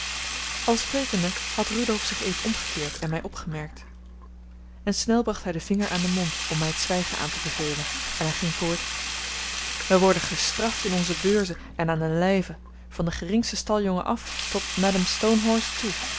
al sprekende had rudolf zich even omgekeerd en mij opgemerkt snel bracht hij den vinger aan den mond om mij het zwijgen aan te bevelen en hij ging voort wij worden gestraft in onze beurzen en aan den lijve van den geringsten staljongen af tot madam stonehorse toe